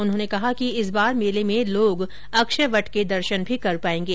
उन्होंने कहा कि इस बार मेले में लोग अक्षय वट के दर्शन भी कर पायेंगे